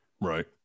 Right